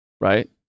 right